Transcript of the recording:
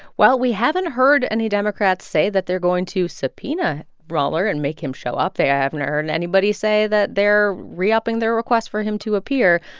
well, we haven't heard any democrats say that they're going to subpoena mueller and make him show up, haven't heard and anybody say that they're re-upping their request for him to appear.